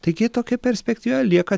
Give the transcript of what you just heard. taigi tokia perspektyva lieka